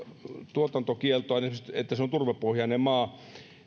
tuotantokieltoon siksi että se on turvepohjainen maa